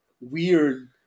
weird